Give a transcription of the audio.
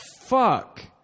fuck